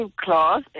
class